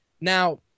Now